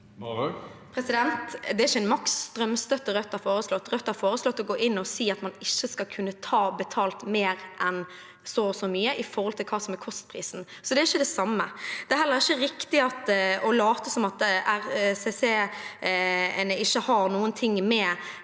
Det er ikke maks strømstøtte Rødt har foreslått. Rødt har foreslått å gå inn og si at man ikke skal kunne ta betalt mer enn så og så mye i forhold til hva som er kostprisen. Så det er ikke det samme. Det er heller ikke riktig å late som at RCCene ikke har noe med